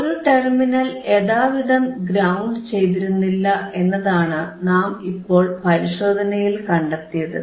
ഒരു ടെർമിനൽ യഥാവിധം ഗ്രൌണ്ട് ചെയ്തിരുന്നില്ല എന്നതാണ് നാം ഇപ്പോൾ പരിശോധനയിൽ കണ്ടെത്തിയത്